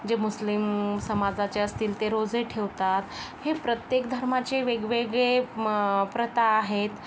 जे मुस्लिम समाजाचे असतील ते रोजे ठेवतात हे प्रत्येक धर्माचे वेगवेगळे म प्रथा आहेत